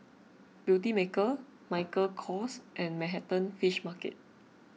Beautymaker Michael Kors and Manhattan Fish Market